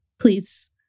please